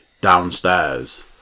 downstairs